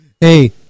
Hey